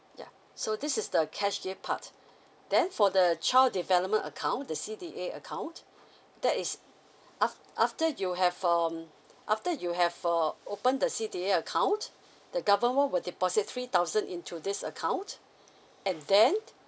yeah so this is the cash gift part then for the child development account the C_D_A account that is af~ after you have um after you have uh open the C_D_A account the government will deposit three thousand into this account and then